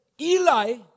Eli